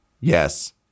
yes